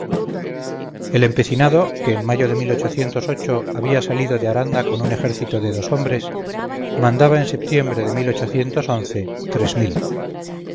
el empecinado que en mayo de había salido de aranda con un ejército de dos hombres mandaba en setiembre de tres mil